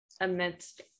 amidst